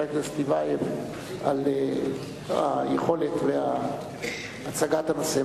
הכנסת טיבייב על היכולת והצגת הנושא.